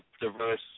diverse